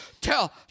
Tell